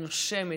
היא נושמת,